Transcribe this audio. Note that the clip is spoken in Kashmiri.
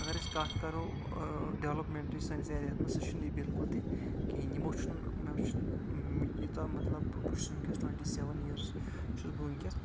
اَگر أسۍ کَتھ کَرو ڈیولپمنٹٕچ سٲنِس ایریاہَس منٛز سۄ چھےٚ نہٕ یہِ بِالکُل تہِ کِہیٖنۍ یِمو چھُ نہٕ مےٚ چھُنہٕ ییٖژاہ مطلب بہٕ چھُس وُنۍکیٚس ٹویٚنٛٹی سیٚوَن ییٲرس چھُس بہٕ وُنٗۍکیس